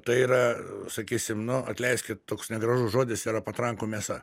tai yra sakysim nu atleiskit toks negražus žodis yra patrankų mėsa